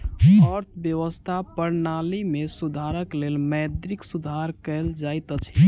अर्थव्यवस्था प्रणाली में सुधारक लेल मौद्रिक सुधार कयल जाइत अछि